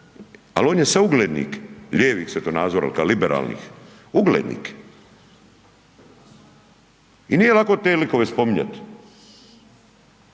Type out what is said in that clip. Al on je sad uglednik, lijevih svjetonazora, liberalnih, uglednik. I nije lako te likove spominjat,